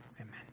Amen